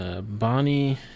Bonnie